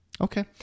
Okay